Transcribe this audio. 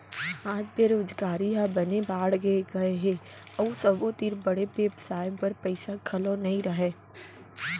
आज बेरोजगारी ह बने बाड़गे गए हे अउ सबो तीर बड़े बेवसाय बर पइसा घलौ नइ रहय